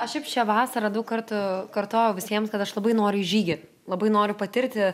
aš šiaip šią vasarą daug kartų kartojau visiems kad aš labai noriu į žygį labai noriu patirti